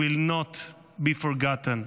will not be forgotten.